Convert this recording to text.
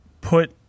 put